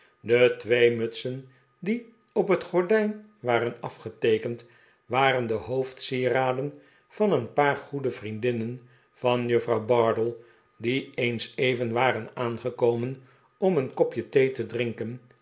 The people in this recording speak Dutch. de twee mutsen die op het gordijn waren afgeteekend waren de hoofdsieraden van een paar goede vriendinnen van juffrouw bardell die eens even waren aangekomen om een kopje thee te drinken